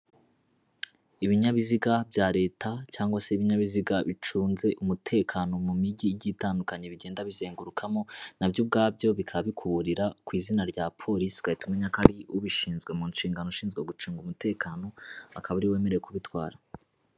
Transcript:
Ibinyabiziga bya Leta cg se ibinyabiziga bicunze umutekano mu mijyi igiye itandukanye bigenda bizengurukamo, na byo ubwabyo bikaba bikuburira ku izina rya polisi, ugahita umenya ko ari ubishinzwe mu nshingano, ushinzwe gucunga umutekano akaba ari wemerewe kubitwara.